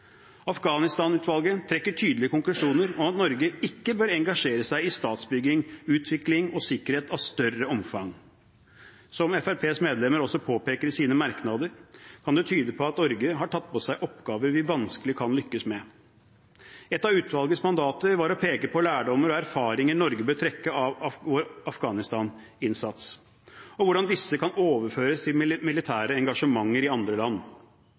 trekker tydelige konklusjoner om at Norge ikke bør engasjere seg i statsbygging, utvikling og sikkerhet av større omfang. Som Fremskrittspartiets medlemmer også påpeker i sine merknader, kan det tyde på at Norge har tatt på seg oppgaver vi vanskelig kan lykkes med. Et av utvalgets mandater var å peke på lærdommer og erfaringer Norge bør trekke av sin Afghanistan-innsats, og hvordan disse kan overføres til militære engasjementer i andre land.